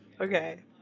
Okay